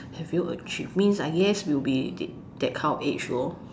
have you achieved means I guess will be th~ that kind of age lor